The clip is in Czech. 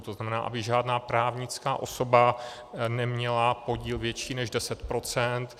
To znamená, aby žádná právnická osoba neměla podíl větší než 10 %.